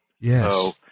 Yes